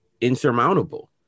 insurmountable